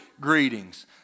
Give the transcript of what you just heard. greetings